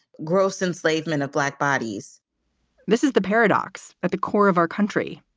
gross enslavement of black bodies this is the paradox at the core of our country.